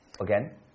Again